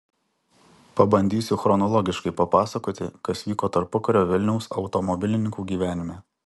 pabandysiu chronologiškai papasakoti kas vyko tarpukario vilniaus automobilininkų gyvenime